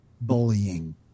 Bullying